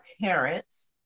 parents